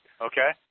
Okay